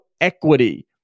equity